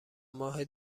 ماه